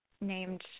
named